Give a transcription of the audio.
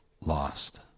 lost